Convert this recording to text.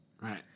Right